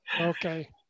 okay